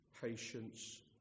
Patience